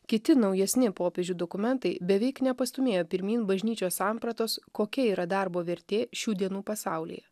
kiti naujesni popiežių dokumentai beveik nepastūmėjo pirmyn bažnyčios sampratos kokia yra darbo vertė šių dienų pasaulyje